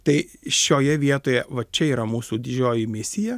tai šioje vietoje va čia yra mūsų didžioji misija